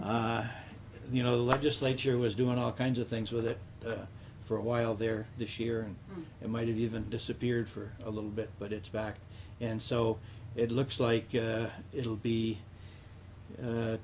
year you know the legislature was doing all kinds of things with it for a while there this year and it might have even disappeared for a little bit but it's back and so it looks like it will be